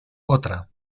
otra